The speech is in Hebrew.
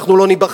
אנחנו לא ניבחר,